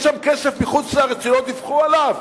יש שם כסף מחוץ-לארץ שלא דיווחו עליו?